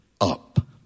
up